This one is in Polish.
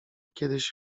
kiedyś